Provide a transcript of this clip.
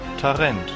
Tarent